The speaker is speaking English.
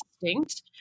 distinct